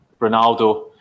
Ronaldo